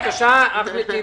בבקשה אחמד טיבי.